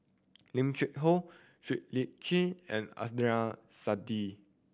Lim Cheng Hoe Siow Lee Chin and Adnan Saidi